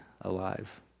alive